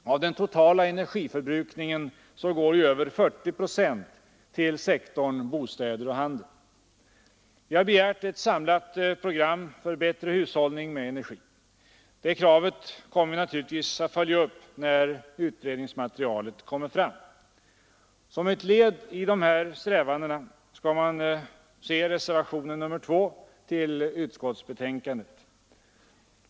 Av den totala energiförbrukningen går över 40 procent till sektorn bostäder och handel. Vi har begärt ett samlat program för bättre hushållning med energi. Det kravet kommer vi naturligtvis att följa upp när utredningsmaterialet kommer fram. Som ett led i dessa strävanden skall man se reservationen 2 till utskottsbetänkandet.